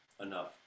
enough